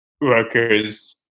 workers